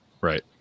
Right